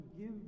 give